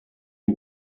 you